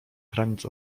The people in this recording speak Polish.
granic